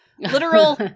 literal